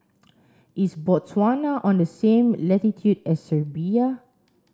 is Botswana on the same latitude as Serbia